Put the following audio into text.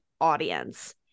audience